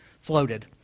floated